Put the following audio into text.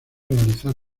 realizar